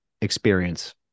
experience